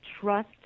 trust